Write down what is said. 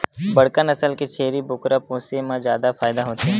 बड़का नसल के छेरी बोकरा पोसे म जादा फायदा होथे